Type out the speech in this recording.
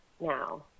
now